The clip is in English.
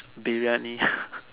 briyani